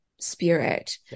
spirit